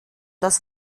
das